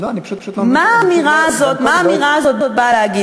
לא, אני פשוט לא, מה האמירה הזאת באה להגיד?